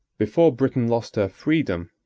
before britain lost her freedom,